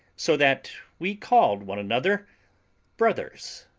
so that we called one another brothers,